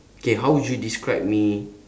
okay how would you describe me